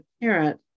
parent